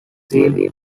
filled